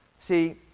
See